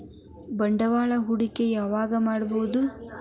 ಬಂಡವಾಳ ಹೂಡಕಿ ಯಾವಾಗ್ ಮಾಡ್ಬಹುದು?